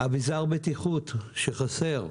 אביזר בטיחות שחסר.